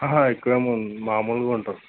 ఇక్కడ మామూలుగుంటాం